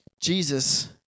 Jesus